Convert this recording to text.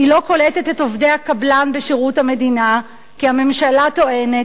היא לא קולטת את עובדי הקבלן בשירות המדינה כי הממשלה טוענת,